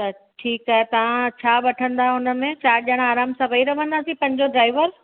त ठीकु आहे तव्हां छा वठंदा उनमें चारि ॼणा आराम सां वेही रहंदासीं पंहिंजो ड्राइवर